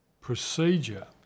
procedure